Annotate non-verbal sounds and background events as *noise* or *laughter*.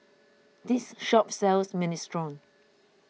*noise* this shop sells Minestrone